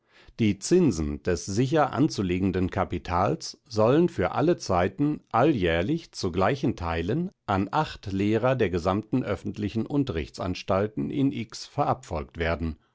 die zinsen des sicher anzulegenden kapitals sollen für alle zeiten alljährlich zu gleichen teilen an acht lehrer der gesamten öffentlichen unterrichtsanstalten in x verabfolgt werden